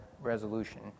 resolution